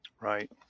Right